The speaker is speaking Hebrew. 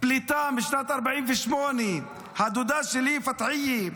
פליטה משנת 1948. הדודה שלי פתחייה,